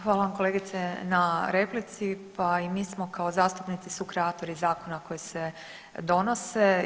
Hvala kolegice na replici, pa i smo kao zastupnici sukreatori zakona koji se donose.